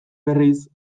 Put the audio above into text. berriz